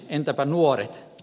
entäpä nuoret